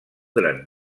gran